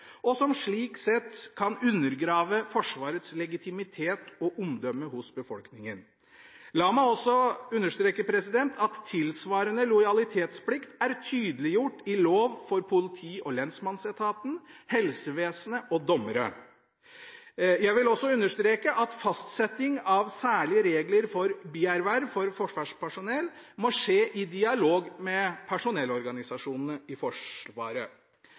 og som slik sett kan undergrave Forsvarets legitimitet og omdømme i befolkningen. La meg også understreke at tilsvarende lojalitetsplikt er tydeliggjort i lov for både politi- og lensmannsetaten, helsevesenet og dommere. Jeg vil også understreke at fastsetting av særlige regler for bierverv for forsvarspersonell må skje i dialog med personellorganisasjonene i Forsvaret.